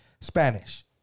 Spanish